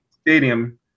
stadium